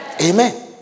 Amen